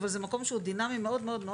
אבל זה מקום שהוא דינמי מאוד מאוד.